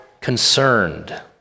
concerned